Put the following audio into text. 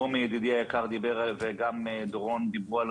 מומי אלנקווה ידידי היקר וגם יהודה דורון דיברו על